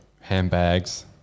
handbags